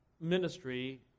ministry